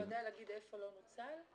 אתה יודע להגיד איפה לא נוצל?